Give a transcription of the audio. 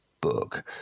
book